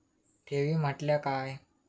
ठेवी म्हटल्या काय?